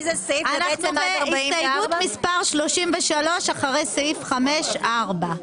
רוויזיה על הסתייגות מספר 11. מי בעד קבלת הרוויזיה?